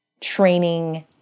training